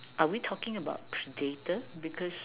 are we talking about predator because